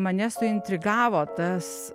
mane suintrigavo tas